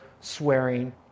swearing